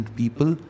people